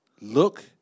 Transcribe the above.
look